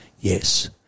Yes